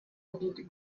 бить